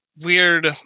weird